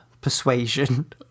persuasion